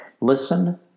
Listen